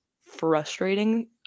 frustrating